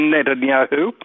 Netanyahu